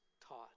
taught